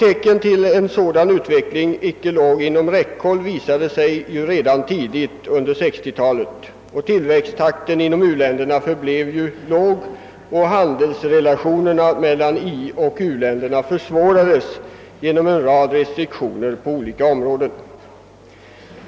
Tecken till att en sådan utveckling icke låg inom räckhåll visade sig dock redan tidigt under 1960-talet. Utvecklingstakten inom uländerna förblev ju låg och handelsrelationerna mellan ioch u-länderna försvårades genom en rad restriktioner på olika områden.